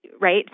Right